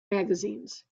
magazines